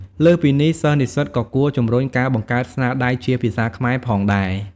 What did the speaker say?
លើសពីនេះ សិស្សនិស្សិតក៏គួរ ជំរុញការបង្កើតស្នាដៃជាភាសាខ្មែរ ផងដែរ។